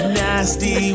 nasty